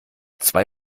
zwei